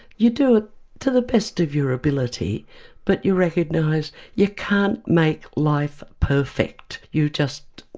you do it to the best of your ability but you recognise you can't make life perfect, you just,